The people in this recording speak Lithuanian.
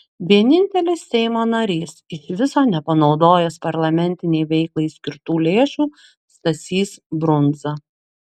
vienintelis seimo narys iš viso nepanaudojęs parlamentinei veiklai skirtų lėšų stasys brundza